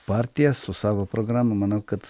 partija su savo programa manau kad